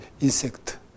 insect